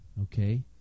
okay